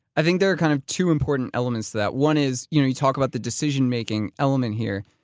i think there are kind of two important elements to that. one is, you know, you talk about the decision making element, here.